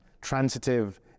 transitive